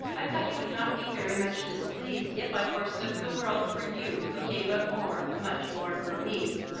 i thought you would not be very much displeased if i forsook the world for you, who gave up more, much more, for me,